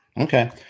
Okay